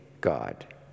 God